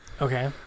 okay